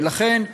ולכן,